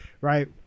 right